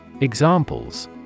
Examples